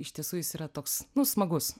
iš tiesų jis yra toks nu smagus